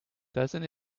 doesn’t